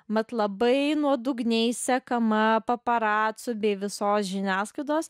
mat labai nuodugniai sekama paparacių bei visos žiniasklaidos